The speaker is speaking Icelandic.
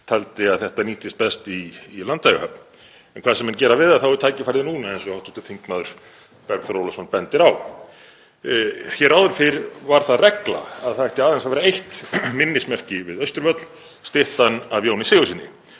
taldi að þetta nýttist best í Landeyjahöfn. En hvað sem menn gera við það þá er tækifærið núna, eins og hv. þm. Bergþór Ólason bendir á. Hér áður fyrr var það regla að það ætti aðeins að vera eitt minnismerki við Austurvöll, styttan af Jóni Sigurðssyni.